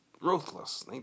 ruthless